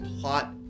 plot